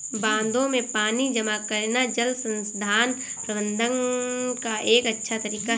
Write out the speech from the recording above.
बांधों में पानी जमा करना जल संसाधन प्रबंधन का एक अच्छा तरीका है